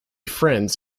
friends